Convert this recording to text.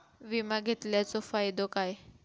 विमा घेतल्याचो फाईदो काय?